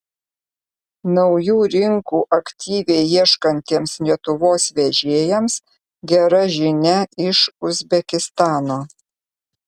naujų rinkų aktyviai ieškantiems lietuvos vežėjams gera žinia iš uzbekistano